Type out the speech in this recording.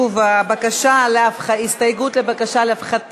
(קוראת בשמות חברי הכנסת) עבדאללה אבו מערוף,